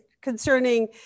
concerning